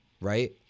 right